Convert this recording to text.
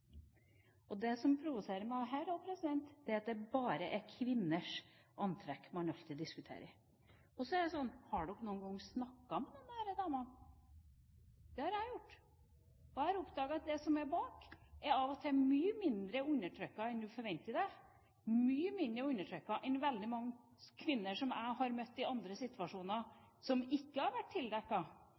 Det som provoserer meg her også, er at det bare er kvinners antrekk man alltid diskuterer. Og så er det slik: Har dere noen gang snakket med noen av disse damene? Det har jeg gjort, og jeg har oppdaget at det som er bak, av og til er mye mindre undertrykking enn man forventer. Disse kvinnene kan være mye mindre undertrykt enn veldig mange kvinner som jeg har møtt i andre situasjoner og som ikke har vært